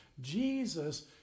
Jesus